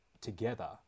together